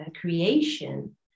creation